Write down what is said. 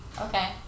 Okay